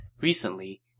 Recently